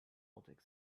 baltic